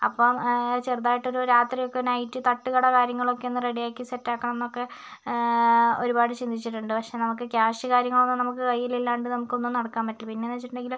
അപ്പം ചെറുതായിട്ടൊരു രാത്രിയൊക്കെ നൈറ്റ് തട്ടുകട കാര്യങ്ങളൊക്കെ ഒന്ന് റെഡിയാക്കി സെറ്റാക്കണം എന്നൊക്കെ ഒരുപാട് ചിന്തിച്ചിട്ടുണ്ട് പക്ഷെ നമുക്ക് ക്യാഷ് കാര്യങ്ങളൊന്നും നമുക്ക് കയ്യിലില്ലാണ്ട് നമുക്കൊന്നും നടക്കാൻ പറ്റില്ല പിന്നെന്നു വെച്ചിട്ടുണ്ടെങ്കില്